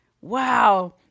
Wow